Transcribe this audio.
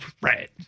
friends